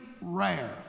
rare